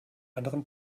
anderen